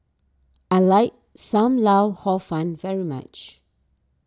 I like Sam Lau Hor Fun very much